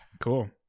Cool